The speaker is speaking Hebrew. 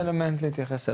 זה אלמנט להתייחס אליו,